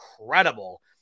incredible